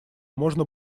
можно